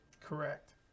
Correct